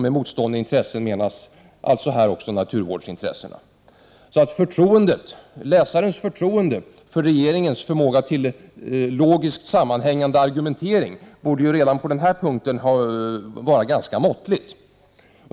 Med motstående intressen menas här också naturvårdsintressena. Läsarens förtroende för regeringens förmåga till logiskt sammanhängande argumentering borde redan vid det här laget vara ganska måttligt.